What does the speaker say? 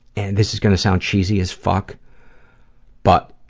and this is going to sound cheesy as fuck but